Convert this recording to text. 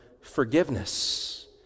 forgiveness